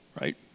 right